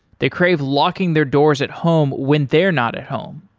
they crave locking their doors at home when they're not at home.